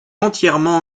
entièrement